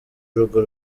urugo